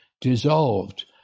dissolved